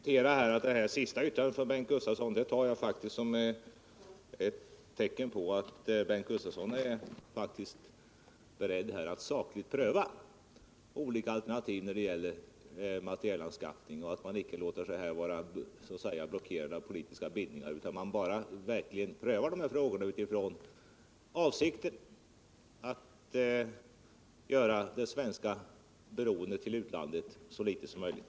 Herr talman! Jag ber att få kvittera. Bengt Gustavssons senaste yttrande tar jag faktiskt som ett tecken på att Bengt Gustavsson är beredd att sakligt pröva olika alternativ när det gäller materialanskaffning och att han inte låter det uppstå några blockerande politiska bindningar utan verkligen prövar frågorna utifrån avsikten att göra det svenska beroendet av utlandet så litet som möjligt.